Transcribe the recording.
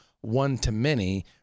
one-to-many